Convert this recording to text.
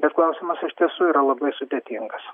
bet klausimas iš tiesų yra labai sudėtingas